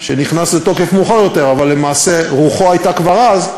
שנכנס לתוקף מאוחר יותר אבל רוחו הייתה כבר אז,